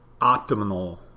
optimal